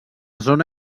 zona